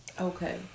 Okay